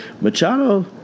machado